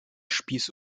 spieß